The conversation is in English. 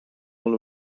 all